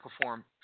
perform